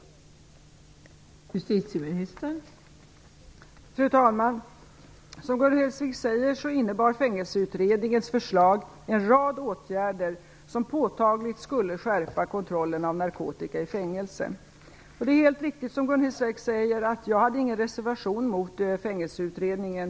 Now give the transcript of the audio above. Jag vill gärna ha en redovisning av detta.